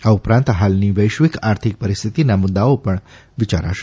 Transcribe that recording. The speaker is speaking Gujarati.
આ ઉપરાંત હાલની વૈશ્વિક આર્થિક પરિસ્થિતિના મુદાઓ પણ વિચારાશે